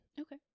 okay